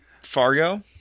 Fargo